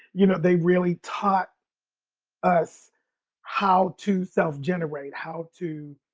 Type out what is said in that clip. you know, they really taught us how to self generate, how to,